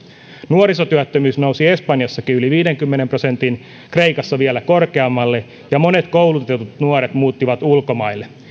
nuorisotyöttömyys nousi espanjassakin yli viidenkymmenen prosentin kreikassa vielä korkeammalle ja monet koulutetut nuoret muuttivat ulkomaille